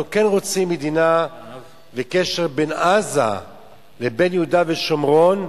אנחנו כן רוצים מדינה וקשר בין עזה לבין יהודה ושומרון,